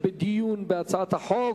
לדיון בהצעת החוק.